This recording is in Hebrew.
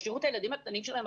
ישאירו את הילדים הקטנים שלהן,